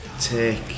take